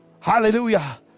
hallelujah